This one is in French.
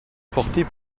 portée